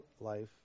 life